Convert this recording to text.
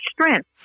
strength